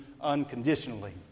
unconditionally